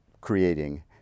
creating